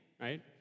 right